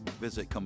Visit